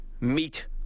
meet